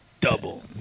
Double